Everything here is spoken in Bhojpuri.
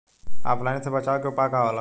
ऑफलाइनसे बचाव के उपाय का होला?